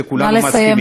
שכולנו מסכימים,